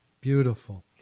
Beautiful